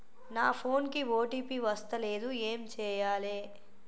నా ఫోన్ కి ఓ.టీ.పి వస్తలేదు ఏం చేయాలే?